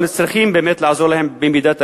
וצריכים באמת לעזור להם במידת האפשר.